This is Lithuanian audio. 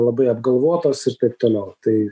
labai apgalvotos ir taip toliau tai